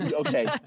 Okay